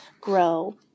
grow